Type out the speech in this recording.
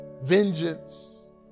Vengeance